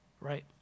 right